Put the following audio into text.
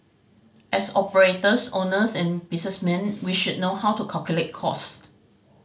as operators owners and businessmen we should know how to calculate cost